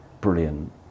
brilliant